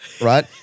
right